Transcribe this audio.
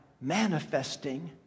manifesting